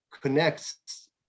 connects